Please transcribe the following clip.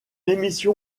émission